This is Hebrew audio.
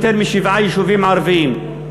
יותר משבעה יישובים ערביים.